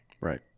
Right